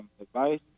advice